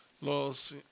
Los